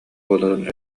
буоларын